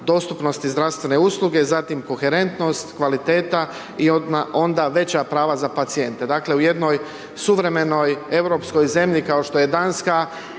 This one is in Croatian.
dostupnosti zdravstvene usluge, zatim koherentnost, kvaliteta i onda veća prava za pacijente. Dakle, u jednoj suvremenoj europskoj zemlji kao što je Danska,